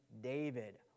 David